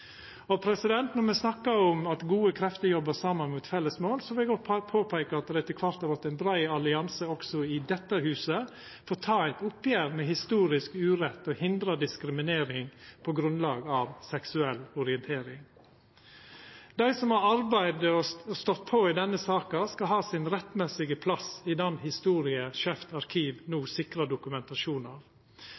Når me snakkar om at gode krefter jobbar saman mot felles mål, vil eg òg påpeika at det etter kvart har vorte ein brei allianse òg i dette huset for å ta eit oppgjer med historisk urett og hindra diskriminering på grunnlag av seksuell orientering. Dei som har arbeidd og stått på i denne saka, skal ha sin rettmessige plass i den historia Skeivt arkiv no